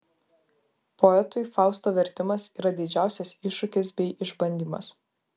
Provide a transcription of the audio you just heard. poetui fausto vertimas yra didžiausias iššūkis bei išbandymas